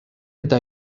eta